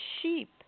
sheep